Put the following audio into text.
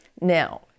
Now